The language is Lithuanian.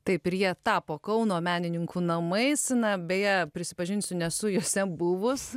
taip ir jie tapo kauno menininkų namais na beje prisipažinsiu nesu jose buvus